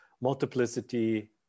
multiplicity